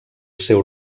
seu